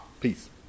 Peace